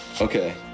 Okay